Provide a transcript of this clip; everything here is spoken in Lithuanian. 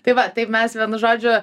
tai va taip mes vienu žodžiu